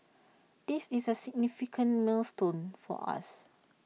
this is A significant milestone for us